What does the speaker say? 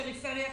פריפריה,